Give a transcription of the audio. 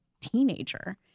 teenager